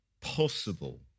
possible